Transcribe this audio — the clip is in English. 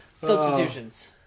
Substitutions